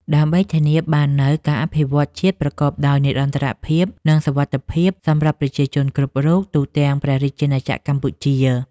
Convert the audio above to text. ដើម្បីធានាបាននូវការអភិវឌ្ឍជាតិប្រកបដោយនិរន្តរភាព និងសុវត្ថិភាពសម្រាប់ប្រជាជនគ្រប់រូបទូទាំងព្រះរាជាណាចក្រកម្ពុជា។